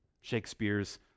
Shakespeare's